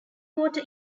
water